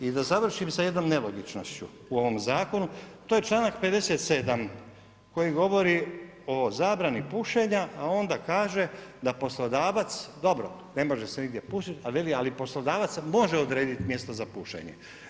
I da završim sa jednom nelogičnošću u ovom zakonu, to je članak 57. koji govori o zabrani pušenja, a onda kaže da poslodavac, dobro, ne može se nigdje pušit, a veli ali poslodavac može odredit mjesto za pušenje.